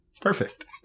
Perfect